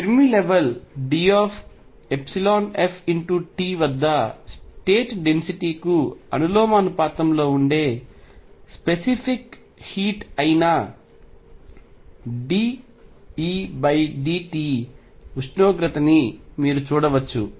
Fermi level DF×T వద్ద state density కు అనులోమానుపాతంలో ఉండే స్పెసిఫిక్ హీట్ అయిన dEdT ఉష్ణోగ్రతని మీరు చూడవచ్చు